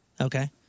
okay